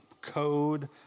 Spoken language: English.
code